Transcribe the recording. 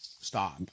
stop